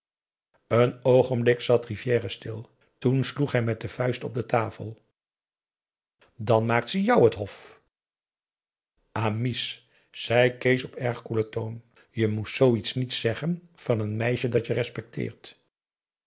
een oogenblik zat rivière stil toen sloeg hij met de vuist op de tafel dan maakt ze jou het hof amice zei kees op erg koelen toon je moest zoo iets niet zeggen van n meisje dat je respecteert